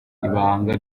ibanga